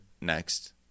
next